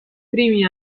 primi